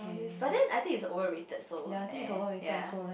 Maldives but then I think is overrated so neh ya